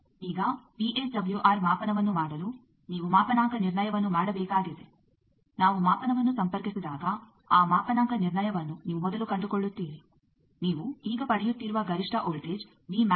ಈಗ ವಿಎಸ್ಡಬ್ಲ್ಯೂಆರ್ ಮಾಪನವನ್ನು ಮಾಡಲು ನೀವು ಮಾಪನಾಂಕ ನಿರ್ಣಯವನ್ನು ಮಾಡಬೇಕಾಗಿದೆ ನಾವು ಮಾಪನವನ್ನು ಸಂಪರ್ಕಿಸಿದಾಗ ಆ ಮಾಪನಾಂಕ ನಿರ್ಣಯವನ್ನು ನೀವು ಮೊದಲು ಕಂಡುಕೊಳ್ಳುತ್ತೀರಿ ನೀವು ಈಗ ಪಡೆಯುತ್ತಿರುವ ಗರಿಷ್ಠ ವೋಲ್ಟೇಜ್ ಆಗಿದೆ